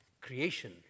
creation